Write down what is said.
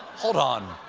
hold on.